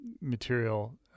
Material